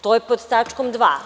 To je pod tačkom dva.